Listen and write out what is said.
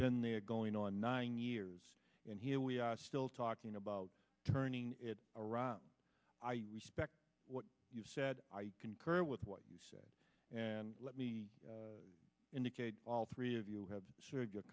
been there going on nine years and here we are still talking about turning it around i respect what you said i concur with what you said and let me indicate all three of you have